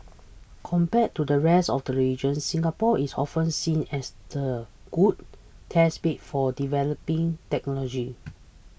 compared to the rest of the region Singapore is often seen as a good test bed for developing technologies